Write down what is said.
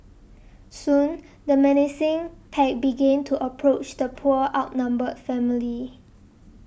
soon the menacing pack began to approach the poor outnumbered family